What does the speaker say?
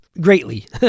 greatly